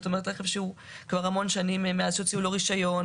כלומר רכב שכבר המון שנים מאז שהוציאו לו רישיון.